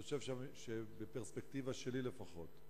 אני חושב, בפרספקטיבה שלי לפחות,